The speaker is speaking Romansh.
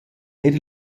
eir